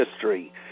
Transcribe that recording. history